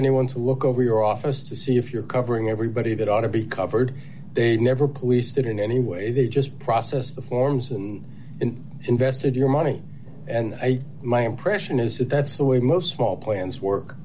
anyone to look over your office to see if you're covering everybody that ought to be covered they never police that in any way they just process the forms and invested your money and my impression is that that's the way most small plans work